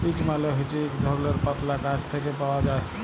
peach মালে হছে ইক ধরলের পাতলা গাহাচ থ্যাকে পাউয়া যায়